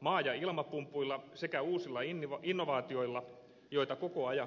maa ja ilmapumpuilla sekä uusilla innovaatioilla joita koko ajan kehitetään